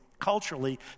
culturally